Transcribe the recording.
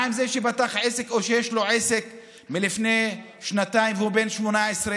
מה עם זה שפתח עסק או שיש לו עסק מלפני שנתיים והוא בן 18?